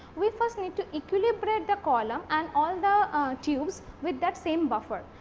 we first need to equilibrate the column and all the tubes with that same buffer.